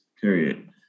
period